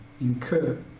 incur